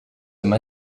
comme